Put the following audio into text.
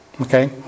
Okay